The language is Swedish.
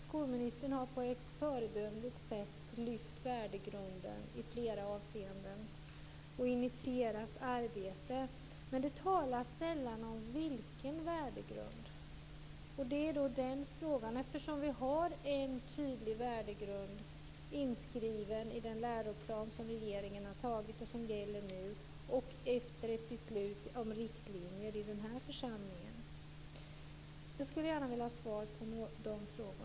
Skolministern har på ett föredömligt sätt i flera avseenden lyft fram värdegrunden och initierat ett arbete men det talas sällan om vilken värdegrund det är fråga om. Vi har ju en tydlig värdegrund inskriven i den läroplan som regeringen har tagit och som nu gäller, efter ett beslut om riktlinjer i denna församling. Jag skulle gärna vilja ha svar på mina frågor.